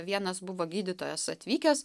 vienas buvo gydytojas atvykęs